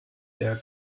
der